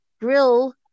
grill